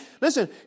listen